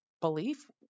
belief